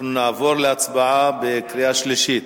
אנחנו נעבור להצבעה בקריאה שלישית.